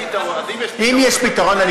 אני שואל אם יש פתרון.